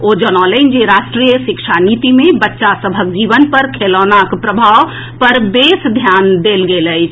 ओ जनौलनि जे राष्ट्रीय शिक्षा नीति मे बच्चा सभक जीवन पर खेलौनाक प्रभाव पर बेस ध्यान देल गेल अछि